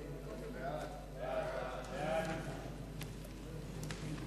סעיף 3, כהצעת הוועדה,